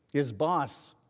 his boss,